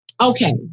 okay